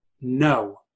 no